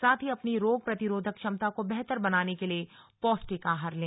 साथ ही अपनी रोग प्रतिरोधक क्षमता को बेहतर बनाने के लिए पौष्टिक आहार लें